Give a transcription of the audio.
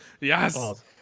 Yes